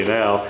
now